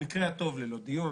במקרה הטוב ללא דיון,